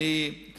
בטוח שלא.